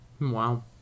Wow